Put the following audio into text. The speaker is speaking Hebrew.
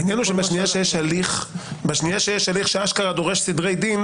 העניין הוא שבשנייה שיש הליך שאשכרה דורש סדרי דין,